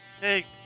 Hey